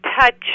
touch